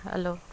hello